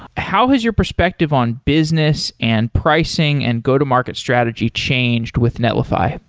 how has your perspective on business and pricing and go-to-market strategy changed with netlify?